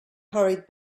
hurried